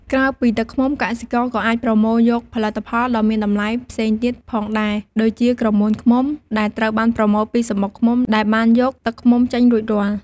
ក្រៅពីទឹកឃ្មុំ កសិករក៏អាចប្រមូលយកផលិតផលដ៏មានតម្លៃផ្សេងទៀតផងដែរ ដូចជាក្រមួនឃ្មុំ ដែលត្រូវបានប្រមូលពីសំបុកឃ្មុំដែលបានយកទឹកឃ្មុំចេញរួចរាល់។